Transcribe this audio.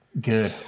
Good